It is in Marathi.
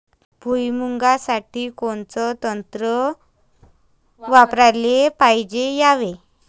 भुइमुगा साठी कोनचं तंत्र वापराले पायजे यावे?